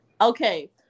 Okay